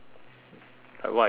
like what are your thoughts